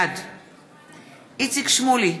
בעד איציק שמולי,